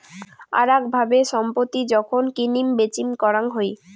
আরাক ভাবে ছম্পত্তি যখন কিনিম বেচিম করাং হই